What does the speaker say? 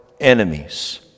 enemies